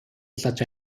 such